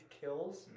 Kills